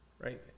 right